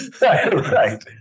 right